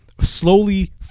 slowly